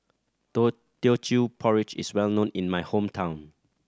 Teochew Porridge is well known in my hometown